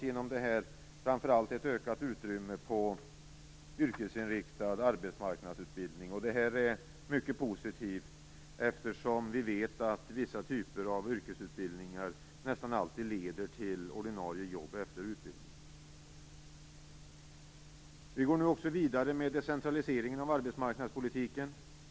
Genom detta skapas framför allt ett ökat utrymme inom yrkesinriktad arbetsmarknadsutbildning. Det är mycket positivt, eftersom vi vet att vissa typer av yrkesutbildningar nästan alltid leder till ordinarie jobb. Decentraliseringen av arbetsmarknadspolitiken går nu också vidare.